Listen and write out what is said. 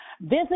visit